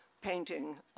painting